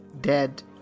dead